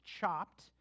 Chopped